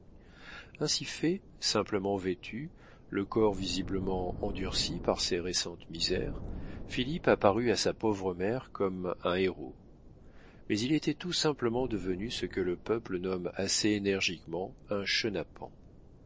ainsi fait simplement vêtu le corps visiblement endurci par ses récentes misères philippe apparut à sa pauvre mère comme un héros mais il était tout simplement devenu ce que le peuple nomme assez énergiquement un chenapan